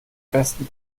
besten